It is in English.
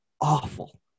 awful